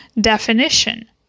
definition